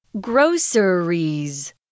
Groceries